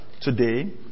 today